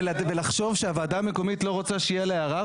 בלחשוב שהוועדה המקומית לא רוצה שיהיה לה ערר,